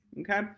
okay